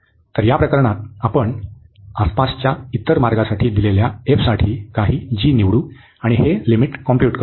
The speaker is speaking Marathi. तर या प्रकरणात आपण आसपासच्या इतर मार्गासाठी दिलेल्या f साठी काही g निवडू आणि हे लिमिट कॉम्प्युट करू